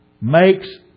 makes